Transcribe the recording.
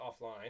offline